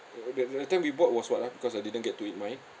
uh the the time we bought was what ah because I didn't get to eat mine